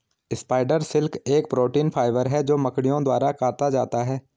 spider silk एक protein fibre है जो मकड़ियों द्वारा काता जाता है